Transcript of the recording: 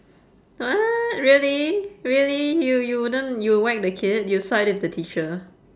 what really really you you wouldn't you'd whack the kid you'll side with the teacher